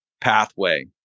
pathway